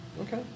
Okay